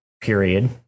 period